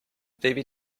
baby